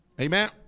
Amen